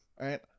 right